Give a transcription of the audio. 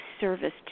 service